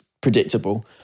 predictable